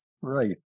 right